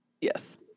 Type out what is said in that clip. Yes